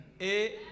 Et